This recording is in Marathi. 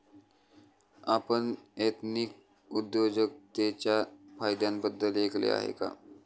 आपण एथनिक उद्योजकतेच्या फायद्यांबद्दल ऐकले आहे का?